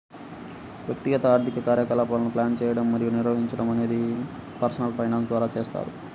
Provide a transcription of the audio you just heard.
వ్యక్తిగత ఆర్థిక కార్యకలాపాలను ప్లాన్ చేయడం మరియు నిర్వహించడం అనేది పర్సనల్ ఫైనాన్స్ ద్వారా చేస్తారు